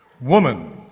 Woman